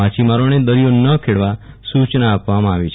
માછીમારોને દરિયો ન ખેડવા સુચના આપવામાં આવી છે